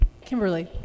Kimberly